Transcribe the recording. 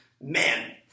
man